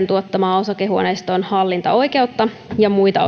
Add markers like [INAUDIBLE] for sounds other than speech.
[UNINTELLIGIBLE] tuottamaa osakehuoneiston hallintaoikeutta ja muita [UNINTELLIGIBLE]